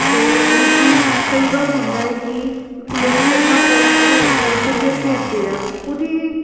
ਅਤੇ ਦੂਜੀ ਕਈ ਵਾਰ ਹੁੰਦਾ ਹੈ ਕਿ ਲੋਕ ਆਪਣਾ ਪੋਸਟ ਭੇਜਦੇ ਆ ਕੁਰੀਅਰ ਭੇਜਦੇ ਆ ਉਹਦੀ